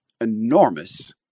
enormous